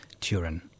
Turin